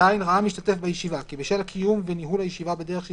(ז)ראה משתתף בישיבה כי בשל קיום וניהול הישיבה בדרך של